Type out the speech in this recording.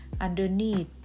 underneath